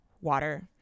water